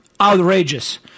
outrageous